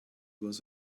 was